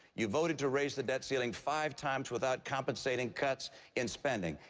you voted to raise the debt ceiling five times without compensating cuts in spending.